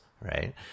right